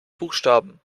buchstaben